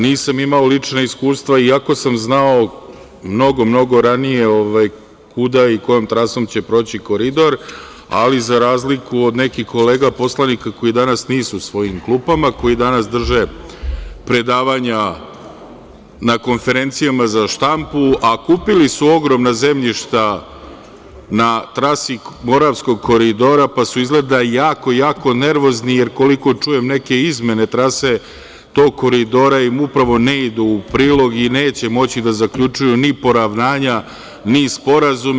Nisam imao lična iskustva, iako sam znao mnogo ranije kuda i kojom trasom će proći Koridor, ali za razliku od nekih kolega, poslanika, koji danas nisu u svojim klupama, koji danas drže predavanja na konferencijama za štampu, a kupili su ogromna zemljišta na trasi Moravskog koridora, pa su izgleda jako jako nervozni, jer koliko čujem, neke izmene trase tog Koridora im upravo ne idu u prilog i neće moći da zaključuju ni poravnanja, ni sporazume.